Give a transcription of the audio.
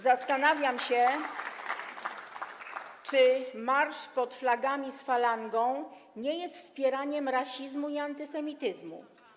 Zastanawiam się, czy marsz pod flagami z falangą nie jest wspieraniem rasizmu i antysemityzmu.